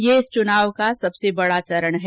यह इस चुनाव का सबसे बड़ा चरण है